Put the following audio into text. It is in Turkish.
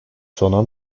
sona